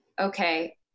okay